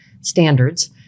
standards